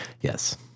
Yes